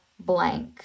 blank